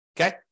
okay